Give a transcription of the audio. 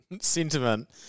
sentiment